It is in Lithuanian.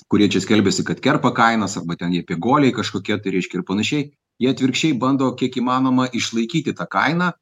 kurie čia skelbiasi kad kerpa kainas arba ten jie piguoliai kažkokie tai reiškia ir panašiai jie atvirkščiai bando kiek įmanoma išlaikyti tą kainą